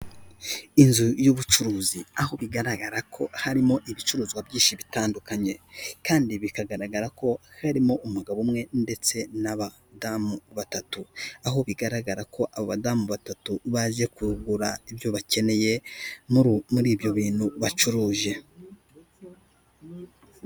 Inzu y'ubucuruzi aho bigaragara ko harimo ibicuruzwa byinshi bitandukanye, kandi bikagaragara ko harimo umugabo umwe ndetse n'abadamu batatu, aho bigaragara ko abo badamu batatu baje kugura ibyo bakeneye muri ibyo bintu bacuruje.